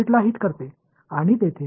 எனவே நான் இதை இங்கே வரைந்தால்